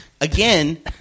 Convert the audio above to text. Again